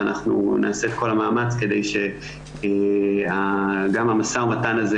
אנחנו נעשה את כל המאמץ כדי שגם המשא המתן שלו,